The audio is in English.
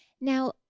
Now